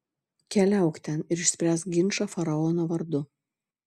keliauk ten ir išspręsk ginčą faraono vardu